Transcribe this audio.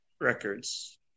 records